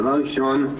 דבר ראשון,